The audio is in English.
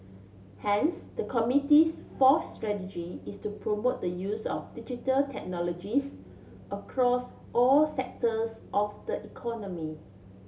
hence the committee's fourth strategy is to promote the use of Digital Technologies across all sectors of the economy